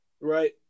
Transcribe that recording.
right